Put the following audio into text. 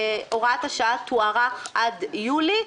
שהוראת השעה תוארך עד חודש יולי,